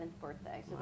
birthday